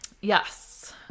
Yes